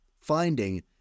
finding